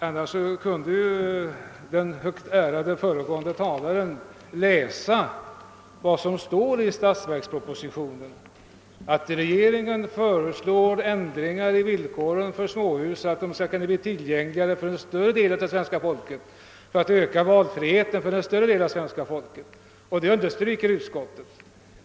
Annars kunde ju den högt ärade föregående talaren läsa vad som står i statsverkspropositionen, nämligen att regeringen föreslår ändringar i villkoren för småhus, så att de skall kunna bli tillgängliga för och öka valfriheten för en större del av svenska folket, och det understryker utskottet.